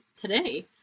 today